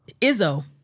Izzo